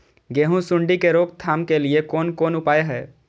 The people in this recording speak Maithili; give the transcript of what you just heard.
गेहूँ सुंडी के रोकथाम के लिये कोन कोन उपाय हय?